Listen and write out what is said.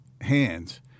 hands